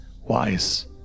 wise